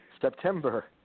September